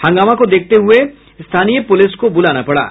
हंगामा को देखते हुए स्थानीय पुलिस को बुलाना पड़ा